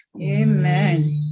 Amen